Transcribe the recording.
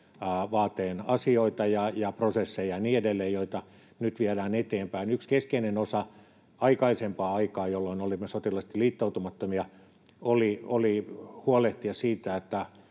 vaateen asioita ja prosesseja ja niin edelleen, joita nyt viedään eteenpäin. Yksi keskeinen osa aikaisempaa aikaa, jolloin olimme sotilaallisesti liittoutumattomia, oli huolehtia siitä, että